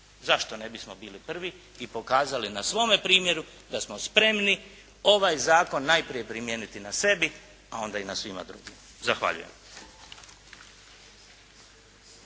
Zašto ne bismo bili prvi i pokazali na svome primjeru da smo spremni ovaj zakon najprije primijeniti na sebi, a onda i na svima drugima. Zahvaljujem.